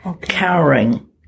cowering